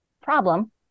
problem